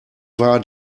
war